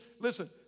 Listen